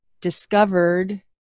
discovered